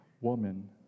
woman